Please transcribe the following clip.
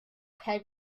peg